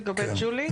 לגבי ג'וליס אם אפשר.